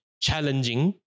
challenging